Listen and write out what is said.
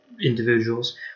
individuals